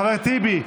חבר הכנסת טיבי,